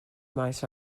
maes